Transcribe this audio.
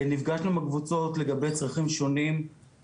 נפגשנו עם אותן הקבוצות לגבי צרכים שונים,